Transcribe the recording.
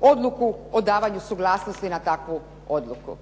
odluku o davanju suglasnosti na takvu odluku.